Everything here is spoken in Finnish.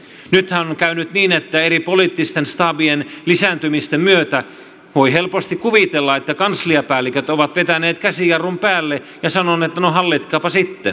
nythän on käynyt niin että eri poliittisten staabien lisääntymisten myötä voi helposti kuvitella että kansliapäälliköt ovat vetäneet käsijarrun päälle ja sanoneet että no hallitkaapa sitten